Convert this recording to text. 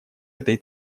этой